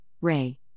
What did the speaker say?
Ray